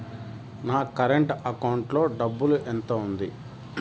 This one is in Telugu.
నా కరెంట్ అకౌంటు లో డబ్బులు ఎంత ఉంది?